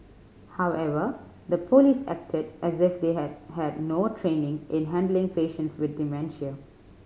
however the police acted as if they had had no training in handling patients with dementia